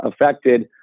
affected